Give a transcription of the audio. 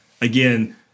again